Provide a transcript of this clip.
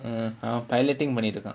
our piloting money to come